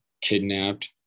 kidnapped